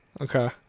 Okay